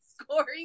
scoring